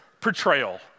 portrayal